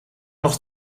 nog